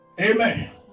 Amen